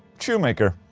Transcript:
shoemaker.